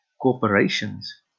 corporations